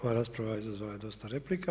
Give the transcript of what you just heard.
Ova rasprava izazvala je dosta replika.